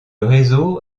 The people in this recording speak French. réseau